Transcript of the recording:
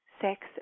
sex